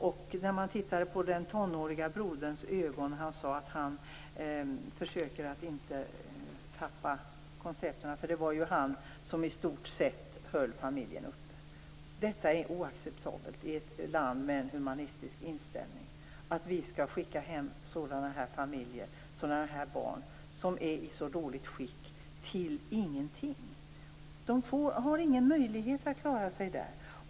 Man kunde se blicken i den tonårige sonens ögon när han sade att han försökte att inte tappa koncepterna. Det var i stort sett han som höll familjen uppe. Det är oacceptabelt i ett land med en humanistisk inställning att skicka sådana här familjer och barn som är i så dåligt skick hem till ingenting. De har ingen möjlighet att klara sig där.